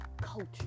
culture